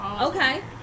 Okay